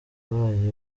barwayi